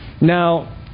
Now